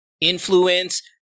influence